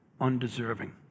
undeserving